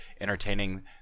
entertaining